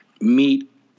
meet